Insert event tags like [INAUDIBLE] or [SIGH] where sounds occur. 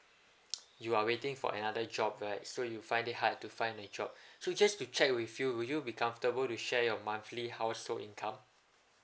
[NOISE] you are waiting for another job right so you find it hard to find a job [BREATH] so just to check with you would you be comfortable to share your monthly household income